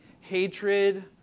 hatred